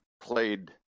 played